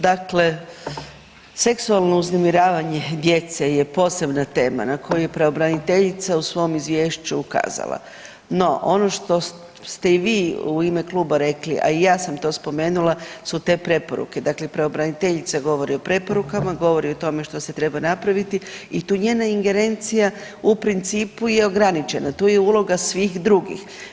Dakle, seksualno uznemiravanje djece je posebna tema na koju je pravobranitelja u svom izvješću ukazala, no ono što ste i vi u ime kluba rekli, a i ja sam to spomenula su te preporuke, dakle pravobraniteljica govori o preporukama, govori o tome što se treba napraviti i tu njena ingerencija u principu je ograničena, tu je uloga svih drugih.